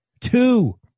Two